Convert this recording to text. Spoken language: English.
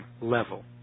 level